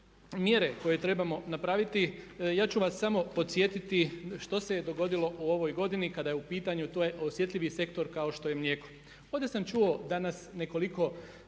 mjere koje trebamo napraviti. Ja ću vas samo podsjetiti što se dogodilo u ovoj godini kada je u pitanju, to je osjetljivi sektor kao što je mlijeko. Ovdje sam čuo danas nekoliko